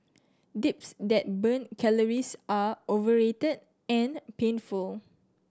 dips that burn calories are overrated and painful